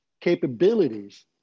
capabilities